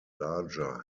larger